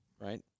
right